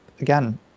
again